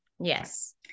yes